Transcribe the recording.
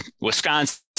Wisconsin